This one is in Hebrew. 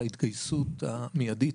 על ההתגייסות המיידית,